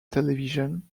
television